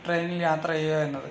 ട്രെയിനിൽ യാത്ര ചെയ്യുക എന്നത്